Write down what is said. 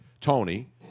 Tony